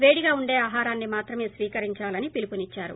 పేడిగా వుండే ఆహారాన్ని మాత్రమే స్వీకరించాలని పిలుపునిద్చారు